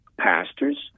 pastors